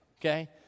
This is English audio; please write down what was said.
Okay